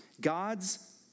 God's